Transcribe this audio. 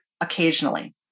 occasionally